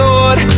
Lord